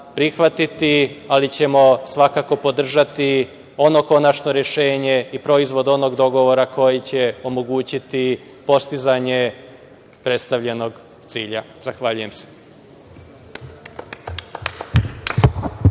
ali ćemo svakako podržati ono konačno rešenje i proizvod onog dogovora koji će omogućiti postizanje predstavljenog cilja. Zahvaljujem se.